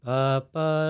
Papa